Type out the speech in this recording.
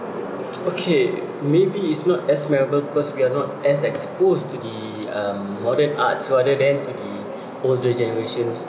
okay maybe it's not as because we are not as exposed to the um modern art so other than to the older generations